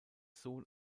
sohn